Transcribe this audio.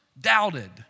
doubted